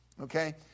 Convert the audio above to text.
Okay